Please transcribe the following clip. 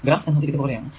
graph എന്നത് ഇതുപോലെ ആണ്